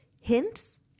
hints